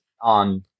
on